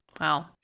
Wow